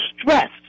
stress